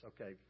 Okay